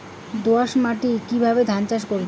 দোয়াস মাটি কিভাবে ধান চাষ করব?